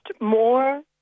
more